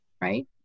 right